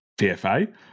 TFA